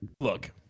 look